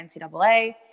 NCAA